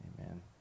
amen